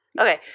Okay